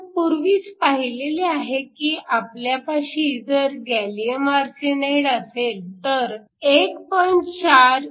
आपण पूर्वीच पाहिलेले आहे की आपल्यापाशी जर गॅलीअम आर्सेनाईड असेल तर 1